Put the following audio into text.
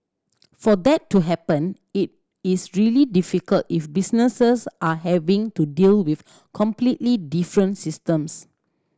for that to happen it is really difficult if businesses are having to deal with completely different systems